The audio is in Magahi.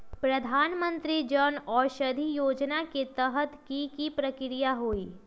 प्रधानमंत्री जन औषधि योजना के तहत की की प्रक्रिया होई?